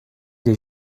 des